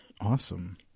Awesome